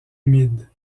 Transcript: humide